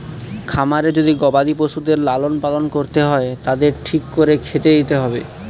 খামারে যদি গবাদি পশুদের লালন পালন করতে হয় তাদের ঠিক করে খেতে দিতে হবে